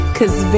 Cause